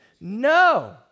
No